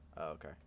okay